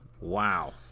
Wow